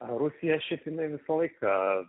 rusija šiaip jinai visą laiką